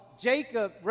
Jacob